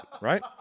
Right